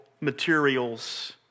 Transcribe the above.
materials